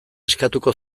eskatuko